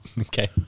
Okay